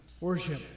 worship